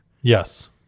Yes